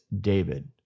David